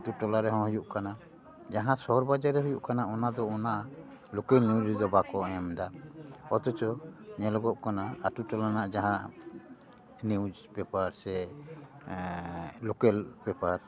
ᱟᱹᱛᱩ ᱴᱚᱞᱟ ᱨᱮᱦᱚᱸ ᱦᱩᱭᱩᱜ ᱠᱟᱱᱟ ᱡᱟᱦᱟᱸ ᱥᱚᱦᱚᱨ ᱵᱟᱡᱟᱨ ᱨᱮ ᱦᱩᱭᱩᱜ ᱠᱟᱱᱟ ᱚᱱᱟ ᱫᱚ ᱚᱱᱟ ᱞᱳᱠᱮᱹᱞ ᱱᱤᱭᱤᱡᱽ ᱨᱮᱫᱚ ᱵᱟᱠᱚ ᱮᱢ ᱮᱫᱟ ᱚᱛᱷᱚᱪᱚ ᱧᱮᱞᱚᱜᱚᱜ ᱠᱟᱱᱟ ᱟᱹᱛᱩ ᱴᱚᱞᱟ ᱨᱮᱱᱟᱜ ᱡᱟᱦᱟᱸ ᱱᱤᱭᱩᱡᱽ ᱯᱮᱯᱟᱨ ᱥᱮ ᱞᱳᱠᱮᱹᱞ ᱯᱮᱯᱟᱮ